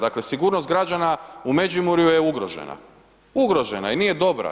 Dakle sigurnost građana u Međimurju je ugrožena, ugrožena i nije dobra.